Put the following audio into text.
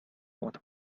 what